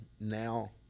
now